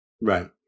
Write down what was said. Right